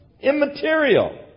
Immaterial